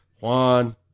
Juan